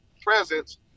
presence